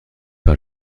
par